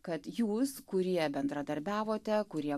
kad jūs kurie bendradarbiavote kurie